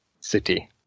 city